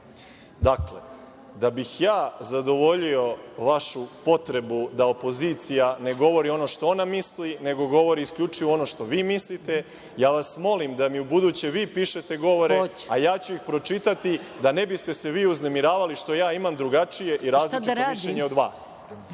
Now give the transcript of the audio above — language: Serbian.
da bih ja zadovoljio vašu potrebu da opozicija ne govori ono što ona misli nego govori isključivo ono što vi mislite, ja vas molim da mi ubuduće vi pišete govore, a ja ću ih pročitati, da se ne biste vi uznemiravali što ja imam drugačije i različito mišljenje od vas. Jer,